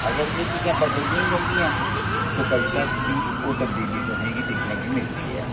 अगर एह् चीजां बदलदियां जंदियां न ते कविता च बी ओह् तब्दीली तुसें गी दिक्खने गी मिलदी ऐ